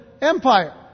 Empire